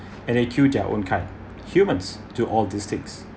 and then kill their own kind humans to all these things